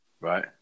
Right